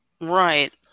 Right